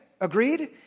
agreed